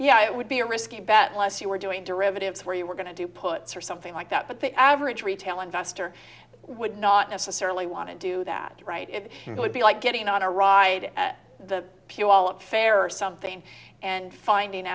yeah it would be a risky bet less you were doing derivatives where you were going to do puts or something like that but the average retail investor would not necessarily want to do that right it would be like getting on a ride at the pew all affair or something and finding